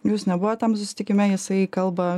jūs nebuvot tam susitikime jisai kalba